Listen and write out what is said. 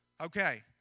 Okay